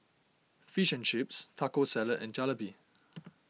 Fish and Chips Taco Salad and Jalebi